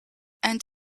and